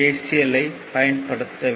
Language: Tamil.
எல் ஐ பயன்படுத்த வேண்டும்